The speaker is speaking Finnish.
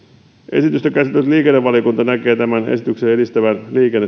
esitystä käsitellyt liikennevaliokunta näkee tämän esityksen edistävän liikenneturvallisuutta